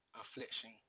Affliction